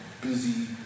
busy